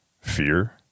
fear